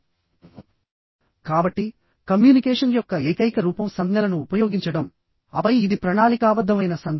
కాబట్టి కమ్యూనికేషన్ యొక్క ఏకైక రూపం సంజ్ఞలను ఉపయోగించడం ఆపై ఇది ప్రణాళికాబద్ధమైన సంజ్ఞ